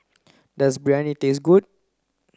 does Biryani taste good